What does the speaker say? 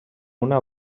una